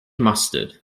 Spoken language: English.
mustard